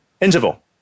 interval